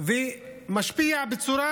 ומשפיע בצורה